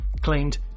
claimed